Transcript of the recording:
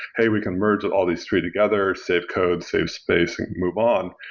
hey, we can merge all these tree together, save code, save space, and move on,